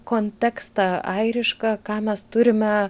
kontekstą airišką ką mes turime